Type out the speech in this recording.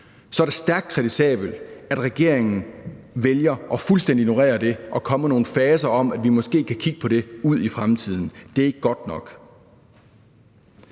så er det stærkt kritisabelt, at regeringen vælger fuldstændig at ignorere det og kommer med nogle fraser om, at vi måske kan kigge på det ude i fremtiden. Det er ikke godt nok.